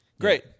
great